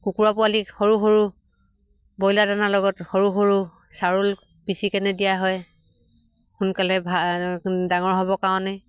কুকুৰা পোৱালি সৰু সৰু ব্ৰইলাৰ দানাৰ লগত সৰু সৰু চাউল পিচিকেনে দিয়া হয় সোনকালে ভা ডাঙৰ হ'ব কাৰণে